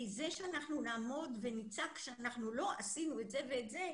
כי זה שאנחנו נעמוד ונצעק שאנחנו לא עשינו את זה ואת זה,